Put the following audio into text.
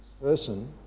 person